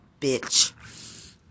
bitch